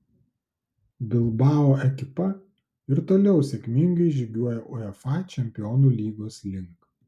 bilbao ekipa ir toliau sėkmingai žygiuoja uefa čempionų lygos link